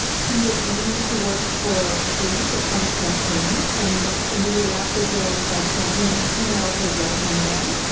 he agreed to work for free for trump's campaign, and immediately after joining trump's campaign, he emailed his right hand man,